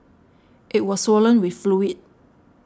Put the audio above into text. it was swollen with fluid